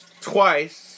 Twice